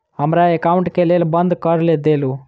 हमरा एकाउंट केँ केल बंद कऽ देलु?